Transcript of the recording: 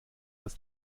das